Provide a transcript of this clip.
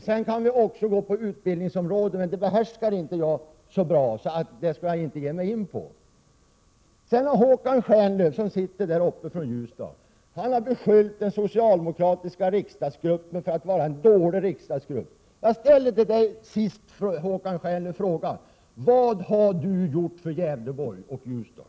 Vi kan också se på utbildningsområdet, men det behärskar jag inte så bra, så det ger jag mig inte in på. Håkan Stjernlöf från Ljusdal, som sitter där uppe, har beskyllt den socialdemokratiska riksdagsgruppen för att vara en dålig riksdagsgrupp. Jag frågar dig till sist: Vad har du gjort för Gävleborg och Ljusdal?